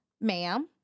ma'am